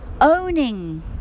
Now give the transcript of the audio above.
owning